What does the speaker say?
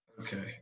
okay